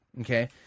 Okay